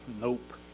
nope